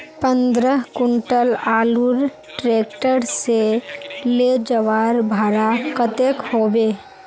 पंद्रह कुंटल आलूर ट्रैक्टर से ले जवार भाड़ा कतेक होबे?